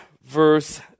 verse